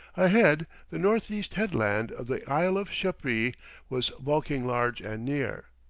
ahead the northeast headland of the isle of sheppey was bulking large and near.